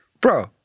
bro